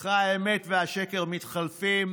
אצלך האמת והשקר מתחלפים